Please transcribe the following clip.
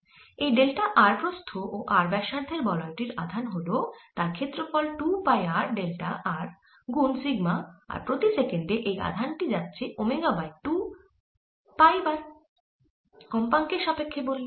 এই delta r প্রস্থ ও r ব্যাসার্ধের বলয় টির আধান হল তার ক্ষেত্রফল 2 পাই r ডেল্টা r গুন সিগমা আর প্রতি সেকেন্ডে এই আধান টি যাচ্ছে ওমেগা বাই 2 পাই বার কম্পাঙ্কের সাপেক্ষ্যে বললে